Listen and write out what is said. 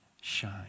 shine